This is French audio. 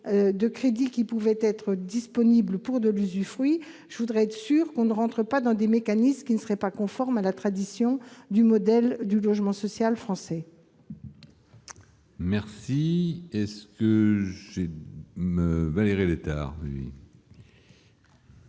de crédits qui pouvaient être disponibles pour de l'usufruit. Je voudrais être sûre que l'on n'entre pas dans des mécanismes qui ne seraient pas conformes à la tradition du logement social français. Qu'entendez-vous